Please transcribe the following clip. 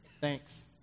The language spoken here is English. Thanks